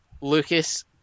Lucas